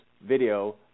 video